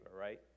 right